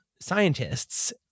scientists